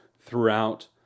throughout